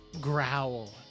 growl